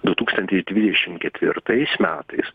du tūkstantis dvidešimt ketvirtais metais